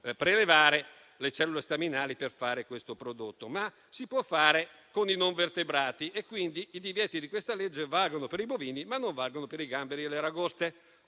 prelevare le cellule staminali per fare questo prodotto, ma si può fare con i non vertebrati. Quindi i divieti di questa legge valgono per i bovini, ma non valgono per i gamberi e le aragoste.